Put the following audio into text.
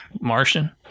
Martian